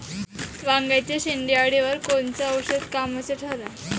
वांग्याच्या शेंडेअळीवर कोनचं औषध कामाचं ठरन?